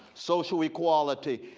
social equality,